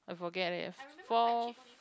I forget leh four